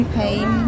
pain